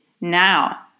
now